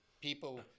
people